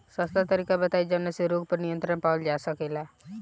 सस्ता तरीका बताई जवने से रोग पर नियंत्रण पावल जा सकेला?